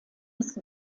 des